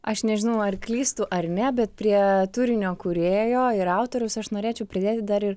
aš nežinau ar klystu ar ne bet prie turinio kūrėjo ir autoriaus aš norėčiau pridėti dar ir